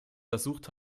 versucht